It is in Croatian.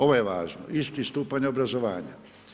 Ovo je važno, isti stupanj obrazovanja.